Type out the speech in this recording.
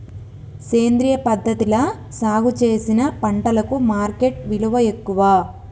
సేంద్రియ పద్ధతిలా సాగు చేసిన పంటలకు మార్కెట్ విలువ ఎక్కువ